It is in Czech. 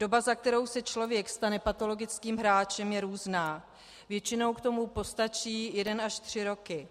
Doba, za kterou se člověk stane patologickým hráčem je různá, většinou k tomu postačí jeden až tři roky.